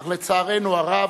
אך לצערנו הרב,